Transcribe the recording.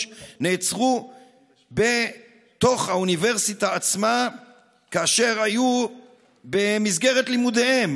נעצרו בתוך האוניברסיטה עצמה כאשר היו במסגרת לימודיהם.